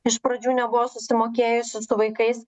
iš pradžių nebuvo susimokėjusi su vaikais